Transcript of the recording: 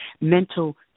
mental